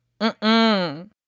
mm-mm